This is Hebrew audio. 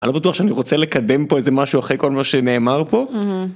אני לא בטוח שאני רוצה לקדם פה איזה משהו אחרי כל מה שנאמר פה.